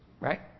Right